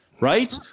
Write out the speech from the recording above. right